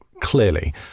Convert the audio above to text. clearly